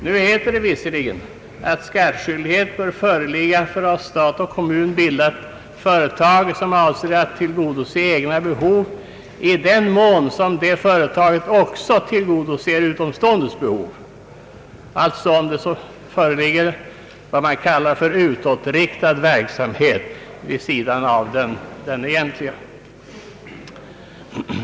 Nu heter det visserligen, att skattskyldighet bör föreligga för av stat och kommun bildat företag, som avser att tillgodose egna behov i den mån detta företag också tillgodoser utomståendes Ang. mervärdeskatt behov, alltså om det föreligger s.k. utåtriktad verksamhet vid sidan av den egentliga.